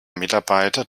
mitarbeiter